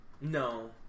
no